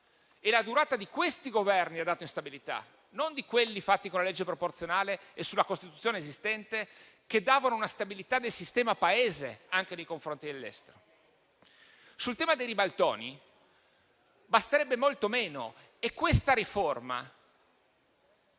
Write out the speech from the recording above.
La durata di questi Governi ha dato instabilità, non di quelli formati con la legge proporzionale e sulla Costituzione esistente, che davano una stabilità del sistema Paese anche nei confronti dell'estero. Sul tema dei ribaltoni basterebbe molto meno e questa riforma